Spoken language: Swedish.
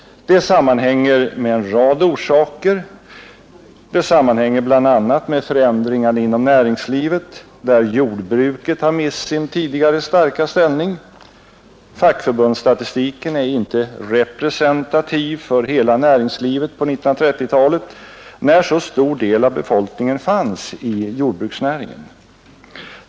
Det sammanhänger med en rad faktorer bl.a. med förändringarna inom näringslivet där jordbruket mist sin tidigare starka ställning. Fackförbundsstatistiken är inte representativ för hela näringslivet på 1930-talet, när så stor del av befolkningen fanns i jordbruksnäringen.